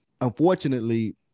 Unfortunately